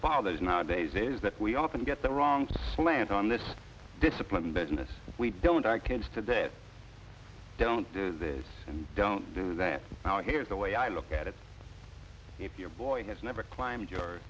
fathers nowadays is that we often get the wrong slant on this disciplining business we don't our kids today don't do this and don't do that oh here's the way i look at it if your boy has never climbed your